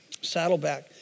Saddleback